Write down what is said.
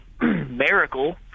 miracle